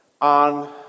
on